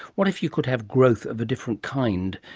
what if you could have growth of a different kind,